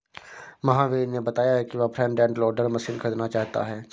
महावीर ने बताया कि वह फ्रंट एंड लोडर मशीन खरीदना चाहता है